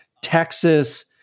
Texas